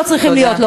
לא צריכים להיות,